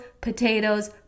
potatoes